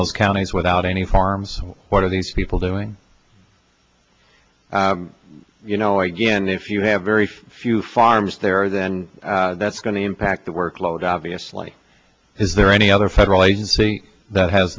those counties without any farms what are these people doing you know again if you have very few farms there then that's going to impact the workload obviously is there any other federal agency that ha